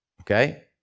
okay